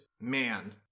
man